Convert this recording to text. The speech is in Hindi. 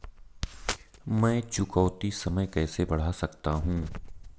मैं चुकौती समय कैसे बढ़ा सकता हूं?